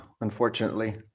unfortunately